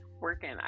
Working